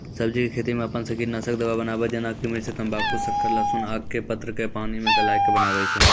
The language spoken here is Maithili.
सब्जी के खेती मे अपन से कीटनासक दवा बनाबे जेना कि मिर्च तम्बाकू शक्कर लहसुन आक के पत्र के पानी मे गलाय के बनाबै छै?